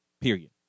period